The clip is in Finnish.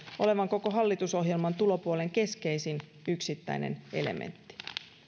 olevan koko hallitusohjelman tulopuolen keskeisin yksittäinen elementti